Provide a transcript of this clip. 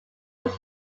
was